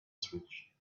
switch